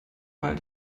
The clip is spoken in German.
mal